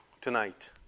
tonight